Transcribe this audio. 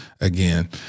again